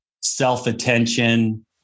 self-attention